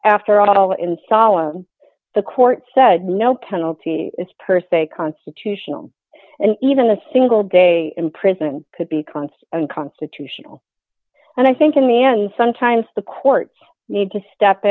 after all insall of the court said no penalty is per se constitutional and even a single day in prison could be const unconstitutional and i think in the end sometimes the courts need to step